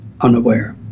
unaware